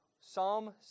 Psalm